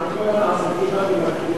1 2 נתקבלו.